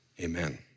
Amen